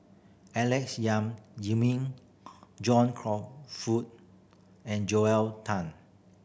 Alex Yam John and Joel Tan